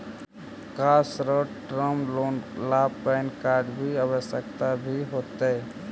का short term loan ला PAN card की आवश्यकता भी होतइ